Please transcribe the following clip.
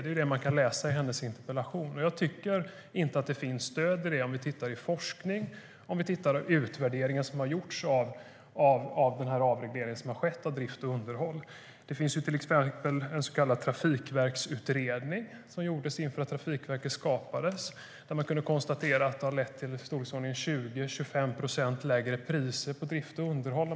Det kan man läsa i Emma Wallrups interpellation. Det finns dock inget stöd för detta i forskningen eller i den utvärdering som har gjorts av avregleringen av drift och underhåll. I Trafikverksutredningen, som gjordes inför skapandet av Trafikverket, konstaterade man att konkurrensutsättningen ledde till 20-25 procent lägre priser på drift och underhåll.